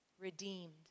redeemed